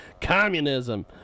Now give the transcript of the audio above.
communism